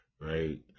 right